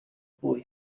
boy